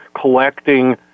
collecting